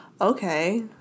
Okay